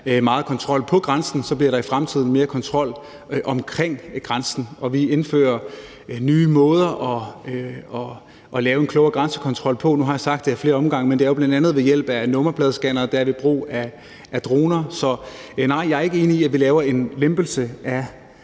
meget kontrol på grænsen. Så bliver der i fremtiden mere kontrol omkring grænsen, og vi indfører nye måder at lave en klogere grænsekontrol på. Og nu har jeg sagt det ad flere omgange, men det er jo bl.a. ved hjælp af nummerpladescannere, og det er ved brug af droner. Så nej, jeg er ikke enig i, at vi laver en lempelse af